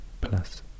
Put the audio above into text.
plus